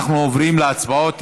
אנחנו עוברים להצבעות.